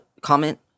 comment